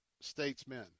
statesmen